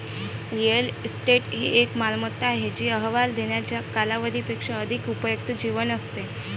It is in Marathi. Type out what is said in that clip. रिअल इस्टेट ही एक मालमत्ता आहे जी अहवाल देण्याच्या कालावधी पेक्षा अधिक उपयुक्त जीवन असते